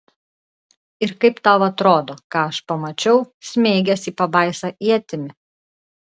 ir kaip tau atrodo ką aš pamačiau smeigęs į pabaisą ietimi